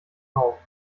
auf